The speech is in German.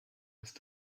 ist